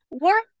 Work